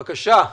בבקשה.